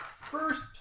First